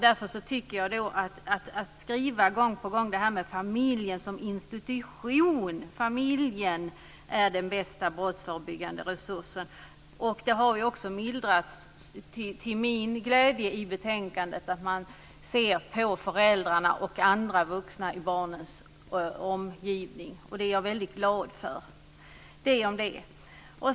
Därför tycker jag att det är fel att gång på gång skriva om familjen som institution och att familjen är den bästa brottsförebyggande resursen. Skrivningarna har till min glädje också mildrats i betänkandet. Man ser på föräldrarna och andra vuxna i barnens omgivning. Det är jag väldigt glad för.